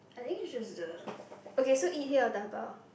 I think it's just the okay so eat here or dabao